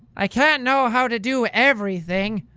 i can't know how to do everything!